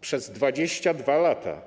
Przez 22 lata